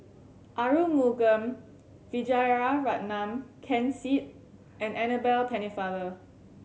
Arumugam Vijiaratnam Ken Seet and Annabel Pennefather